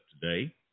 today